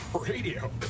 Radio